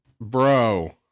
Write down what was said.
Bro